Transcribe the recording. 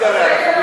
נא להצביע.